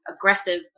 aggressive